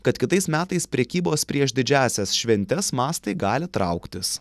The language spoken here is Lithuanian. kad kitais metais prekybos prieš didžiąsias šventes mastai gali trauktis